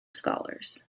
scholars